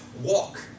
walk